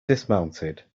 dismounted